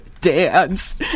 dance